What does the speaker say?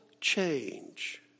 change